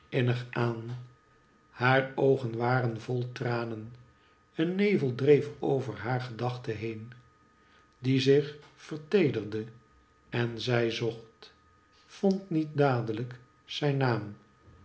aan haar oogen waren vol tranen een nevel dreef over haar gedachte been die zich verteederde en zij zocht vond niet dadelijk zijn naam